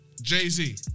Jay-Z